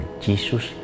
Jesus